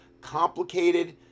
complicated